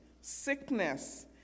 sickness